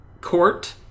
court